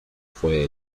fue